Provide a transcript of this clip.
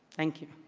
thank you.